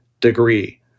degree